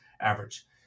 average